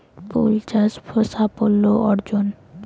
ফুল চাষ সাফল্য অর্জন?